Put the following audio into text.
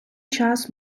час